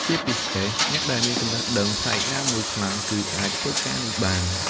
ជាពិសេសអ្នកដែលមានចំណេះដឹងផ្នែកណាមួយខ្លាំង គឺអាចធ្វើការងារនេះបាន។